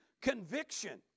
conviction